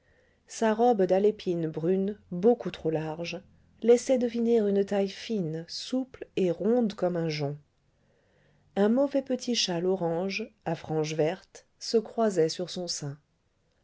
sa robe d'alépine brune beaucoup trop large laissait deviner une taille fine souple et ronde comme un jonc un mauvais petit châle orange à franges vertes se croisait sur son sein